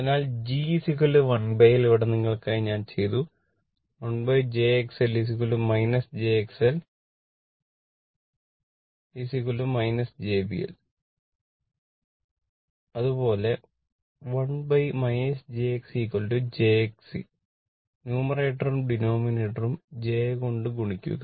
അതിനാൽ G1L ഇവിടെ നിങ്ങൾക്കായി ഞാൻ ചെയ്തു 1jXL jXL jBL അതുപോലെ 1 jXCjXC ന്യൂമറേറ്ററും ഡിനോമിനേറ്ററും j കൊണ്ട് ഗുണിക്കുക